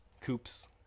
coops